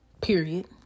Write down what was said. period